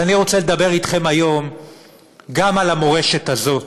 אז אני רוצה לדבר אתכם היום גם על המורשת הזאת,